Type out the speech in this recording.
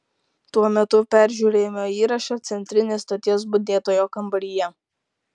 tuo metu peržiūrėjome įrašą centrinės stoties budėtojo kambaryje